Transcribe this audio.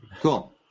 cool